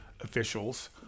officials